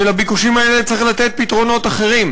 ולביקושים האלה צריך לתת פתרונות אחרים.